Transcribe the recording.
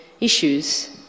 issues